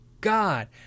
God